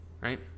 right